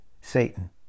Satan